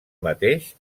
mateix